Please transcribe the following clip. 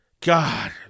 God